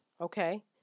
okay